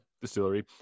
distillery